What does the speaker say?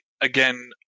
again